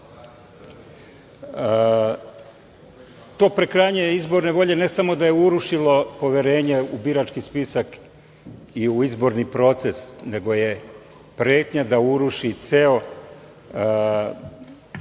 prekrajanje izborne volje ne samo da je urušilo poverenje u birački spisak i u izborni proces, nego je pretnja da uruši ceo